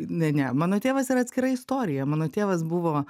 ne ne mano tėvas yra atskira istorija mano tėvas buvo